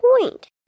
point